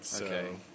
Okay